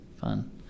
fun